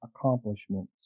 accomplishments